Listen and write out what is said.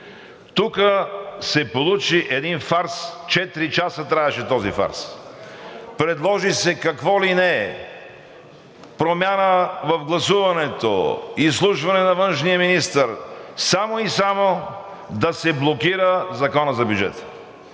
Тук се получи един фарс, четири часа траеше този фарс. Предложи се какво ли не – промяна в гласуването, изслушване на външния министър, само и само да се блокира Законът за бюджета.